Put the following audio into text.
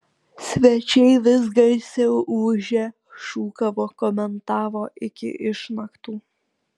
svečiai vis garsiau ūžė šūkavo komentavo iki išnaktų